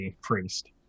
priest